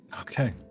Okay